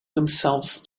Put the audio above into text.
themselves